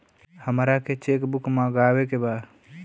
हमारा के cheque book मगावे के बा?